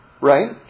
right